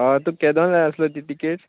आ तूं केदोन जाय आसलो ती टिकेट